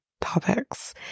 topics